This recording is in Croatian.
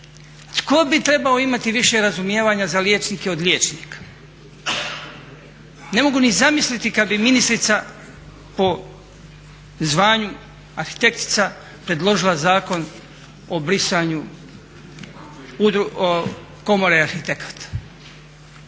Tko bi trebao imati više razumijevanja za liječnike od liječnika? Ne mogu ni zamisliti kad bi ministrica po zvanju arhitektica predložila Zakon o brisanju, komore arhitekata.